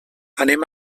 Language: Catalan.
anem